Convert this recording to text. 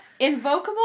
Invocable